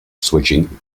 switching